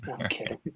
Okay